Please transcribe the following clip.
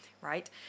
right